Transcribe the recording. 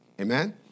Amen